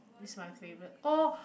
it's my favourite oh